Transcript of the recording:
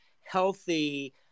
healthy